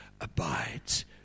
abides